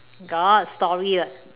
got story [what]